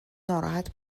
ناراحت